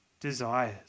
desires